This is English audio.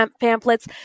pamphlets